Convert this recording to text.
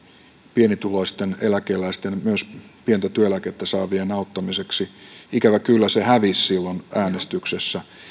pienituloisten eläkeläisten myös pientä työeläkettä saavien auttamiseksi ikävä kyllä se hävisi silloin äänestyksessä